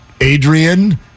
Adrian